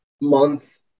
month